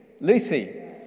Lucy